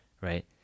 right